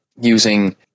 using